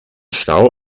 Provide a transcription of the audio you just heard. stau